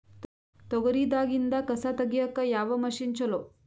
ತೊಗರಿ ದಾಗಿಂದ ಕಸಾ ತಗಿಯಕ ಯಾವ ಮಷಿನ್ ಚಲೋ?